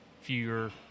fewer